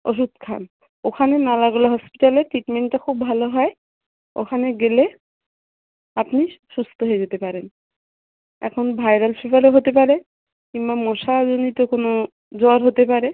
ওষুধ খান ওখানে নালাগোলা হসপিটালে ট্রিটমেন্টটা খুব ভালো হয় ওখানে গেলে আপনি সুস্থ হয়ে যেতে পারেন এখন ভাইরাল ফিভাররও হতে পারে কিংবা মশাজনিত কোনো জ্বর হতে পারে